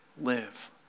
live